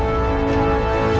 or